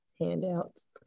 Handouts